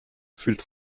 fühlt